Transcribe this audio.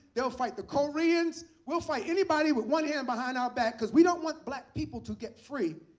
they'll fight the koreans. we'll fight anybody with one hand behind our back because we don't want black people to get free.